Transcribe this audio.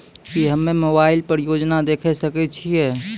की हम्मे मोबाइल पर योजना देखय सकय छियै?